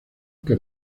que